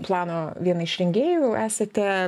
plano viena iš rengėjų esate